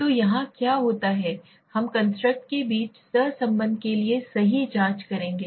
तो यहाँ क्या होता है हम कंस्ट्रक्ट के बीच सहसंबंध के लिए सही जाँच करेंगे